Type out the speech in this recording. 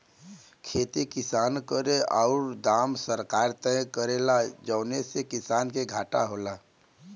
खेती किसान करेन औरु दाम सरकार तय करेला जौने से किसान के घाटा होला